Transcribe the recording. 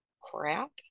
crap